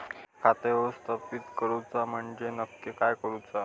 खाता व्यवस्थापित करूचा म्हणजे नक्की काय करूचा?